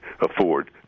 afford